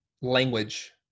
language